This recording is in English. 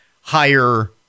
higher